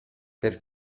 per